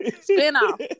Spin-off